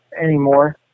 anymore